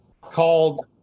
called